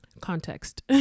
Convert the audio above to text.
context